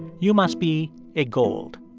you must be a gold.